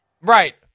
right